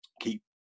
keep